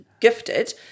gifted